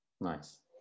nice